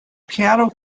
piano